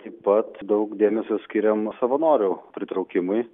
taip pat daug dėmesio skiriama savanorių pritraukimui